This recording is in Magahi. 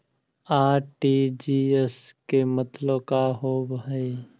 आर.टी.जी.एस के मतलब का होव हई?